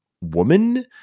woman